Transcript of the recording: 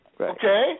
Okay